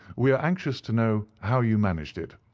we are anxious to know how you managed it.